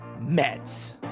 Mets